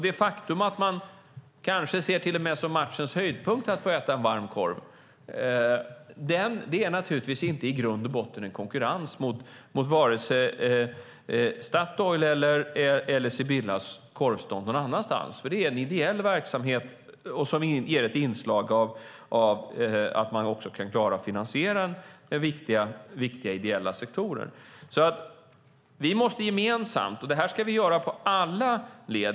Det faktum att man kanske till och med ser det som matchens höjdpunkt att få äta en varm korv är naturligtvis i grund och botten inte en konkurrens gentemot vare sig Statoil eller Sibyllas korvstånd någonstans, för det är en ideell verksamhet som har ett inslag av att man också kan klara att finansiera viktiga ideella sektorer. Vi måste arbeta gemensamt i alla led.